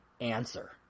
answer